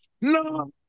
No